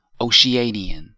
Oceanian